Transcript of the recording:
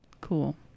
Cool